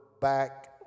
back